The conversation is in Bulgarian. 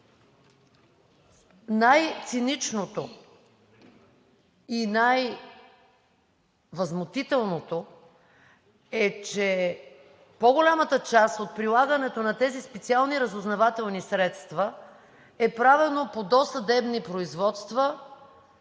Най-циничното и най-възмутителното е, че по-голямата част от прилагането на тези специални разузнавателни средства е правено по досъдебни производства